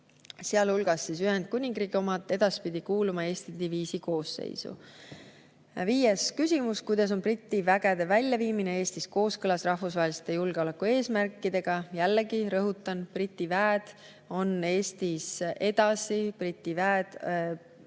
sealhulgas Ühendkuningriigi omad, edaspidi kuuluma Eesti diviisi koosseisu. Viies küsimus: "Kuidas on briti vägede väljaviimine Eestist kooskõlas rahvusvaheliste julgeolekueesmärkidega?" Jällegi rõhutan: Briti väed on Eestis edasi.